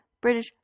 British